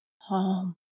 home